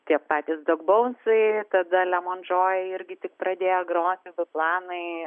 tiek patys dogbonsai tada lemon joy irgi tik pradėjo groti biplanai